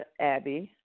Abby